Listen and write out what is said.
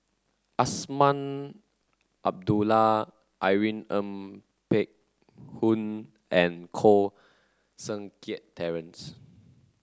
Azman Abdullah Irene Ng Phek Hoong and Koh Seng Kiat Terence